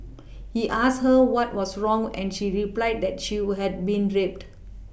he asked her what was wrong and she replied that she would had been raped